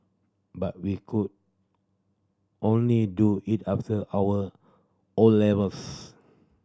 but we could only do it after our O levels